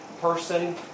person